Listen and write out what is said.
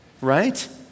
right